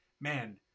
man